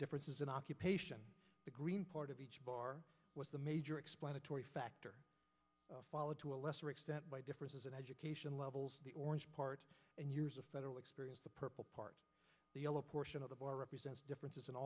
differences in occupation the green part of each bar was the major explanatory factor followed to a lesser extent by differences in education levels the orange part and years of federal experience the purple part the yellow portion of the bar represents differences